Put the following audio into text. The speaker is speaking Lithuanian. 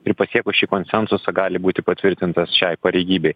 ir pasiekus šį konsensusą gali būti patvirtintas šiai pareigybei